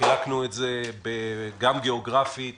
כשחילקנו את זה גם גיאוגרפית,